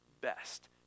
best